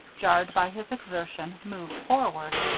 jarred by his exertion, moved forward.